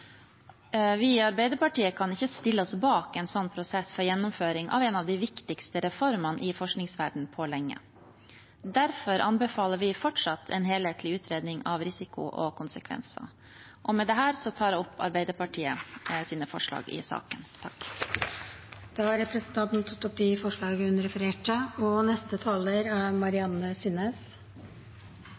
Vi i Arbeiderpartiet kan ikke stille oss bak en slik prosess for gjennomføring av en av de viktigste reformene i forskningsverdenen på lenge. Derfor anbefaler vi fortsatt en helhetlig utredning av risikoer og konsekvenser. Med det tar jeg opp forslagene fra Arbeiderpartiet, Senterpartiet og SV i saken. Representanten Nina Sandberg har tatt opp de forslagene hun refererte til. Plan S er